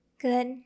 Good